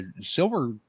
Silver